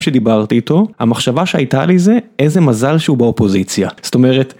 שדיברתי איתו המחשבה שהייתה לי זה, איזה מזל שהוא באופוזיציה. זאת אומרת